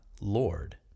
Lord